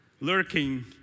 lurking